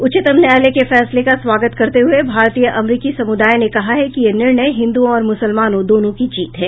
उच्चतम न्यायालय के फैसले का स्वागत करते हुए भारतीय अमरीकी समुदाय ने कहा है कि यह निर्णय हिन्दुओं और मुसलमानों दोनों की जीत है